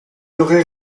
aurait